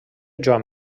joan